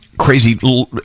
crazy